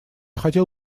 хотел